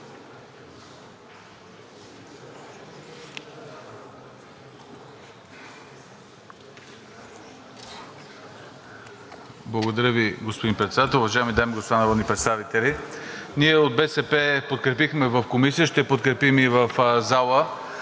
Благодаря Ви, господин Председател. Уважаеми дами и господа народни представители! Ние от БСП подкрепихме в Комисията, ще подкрепим и в залата